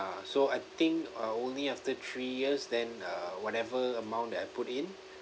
so I think uh only after three years then uh whatever amount that I put in